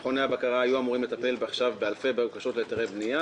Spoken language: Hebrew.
מכוני הבקרה היו אמורים לטפל עכשיו באלפי בקשות להיתרי בנייה